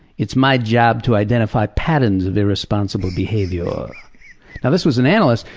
it's my job to identify pattern of irresponsible behavior'. now this was an analyst,